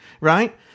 Right